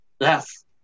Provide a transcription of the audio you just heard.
yes